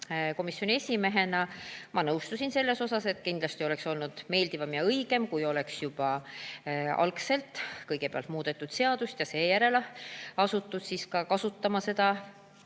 Komisjoni esimehena ma nõustusin selles, et kindlasti oleks olnud meeldivam ja õigem, kui oleks kõigepealt muudetud seadust ja seejärel asutud kasutama seda